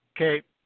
Okay